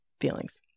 feelings